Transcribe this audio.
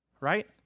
Right